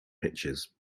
pitchers